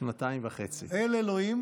"אל אלוהים,